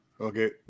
Okay